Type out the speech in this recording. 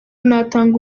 natanga